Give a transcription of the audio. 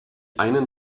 einen